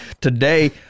Today